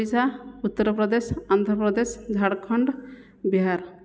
Odisha Uttar Pradesh Andhra Pradesh Jharkhand Bihar